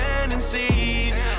tendencies